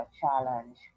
challenge